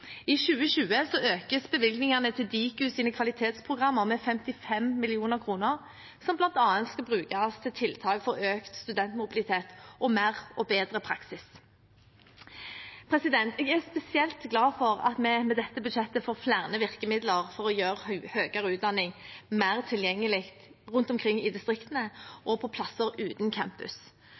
I 2020 økes bevilgningene til Dikus kvalitetsprogrammer med 55 mill. kr som bl.a. skal brukes til tiltak for økt studentmobilitet og mer og bedre praksis. Jeg er spesielt glad for at vi med dette budsjettet får flere virkemidler for å gjøre høyere utdanning mer tilgjengelig rundt omkring i distriktene og på steder uten campus.